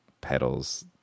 pedals